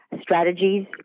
strategies